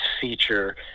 feature